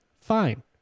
Fine